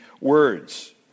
words